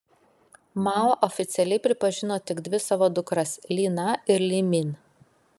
mao oficialiai pripažino tik dvi savo dukras li na ir li min